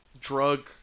drug